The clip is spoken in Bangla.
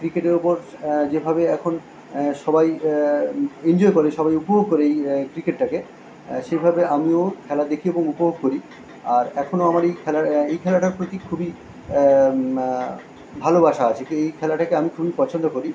ক্রিকেটের ওপর যেভাবে এখন সবাই এনজয় করে সবাই উপভোগ করে এই ক্রিকেটটাকে সেভাবে আমিও খেলা দেখি এবং উপভোগ করি আর এখনো আমার এই খেলার এই খেলাটার প্রতি খুবই ভালোবাসা আছে তো এই খেলাটাকে আমি খুবই পছন্দ করি